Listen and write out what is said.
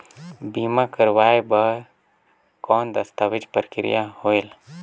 बीमा करवाय बार कौन दस्तावेज प्रक्रिया होएल?